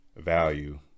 value